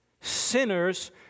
Sinners